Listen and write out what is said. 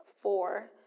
four